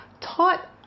taught